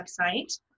website